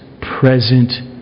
present